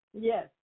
Yes